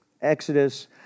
Exodus